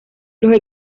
los